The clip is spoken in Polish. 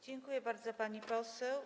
Dziękuję bardzo, pani poseł.